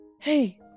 hey